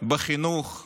בחינוך ובבריאות.